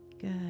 Good